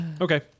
okay